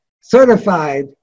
certified